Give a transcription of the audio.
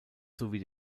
sowie